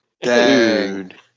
Dude